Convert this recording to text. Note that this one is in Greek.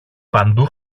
παντού